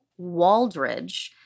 Waldridge